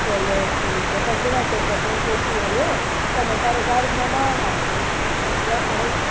चलो ठीक ऐ पंजे मैंटे च असेंगी भेजी ओड़ेओ कन्नै साढ़ै घर मैह्मान आए दे सोचेआ उनें